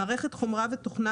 מערכת חומרה ותוכנה,